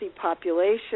population